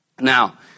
Now